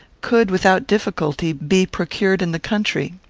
could, without difficulty, be procured in the country.